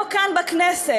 לא כאן בכנסת.